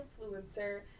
influencer